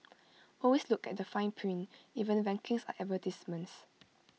always look at the fine print even rankings are advertisements